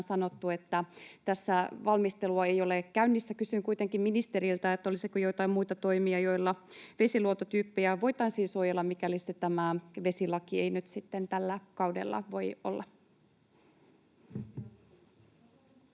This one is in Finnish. sanottu, että tässä valmistelua ei ole käynnissä. Kysyn kuitenkin ministeriltä: olisiko joitain muita toimia, joilla vesiluontotyyppejä voitaisiin suojella, mikäli tämä vesilaki ei nyt sitten tällä kaudella voi olla?